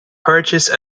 purchase